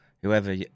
whoever